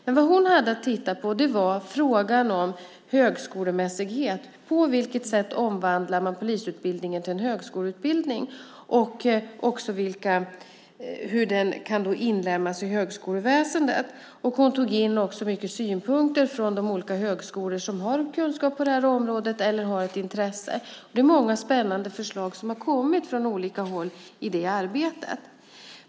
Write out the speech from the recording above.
Men vad hon hade att titta på var frågan om högskolemässighet, på vilket sätt man omvandlar polisutbildningen till en högskoleutbildning och också hur den kan inlemmas i högskoleväsendet. Hon tog också in många synpunkter från de olika högskolor som har kunskap eller ett intresse på det här området. Det är många spännande förslag som har kommit från olika håll i det arbetet.